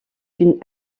une